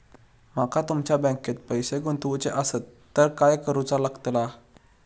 माका तुमच्या बँकेत पैसे गुंतवूचे आसत तर काय कारुचा लगतला?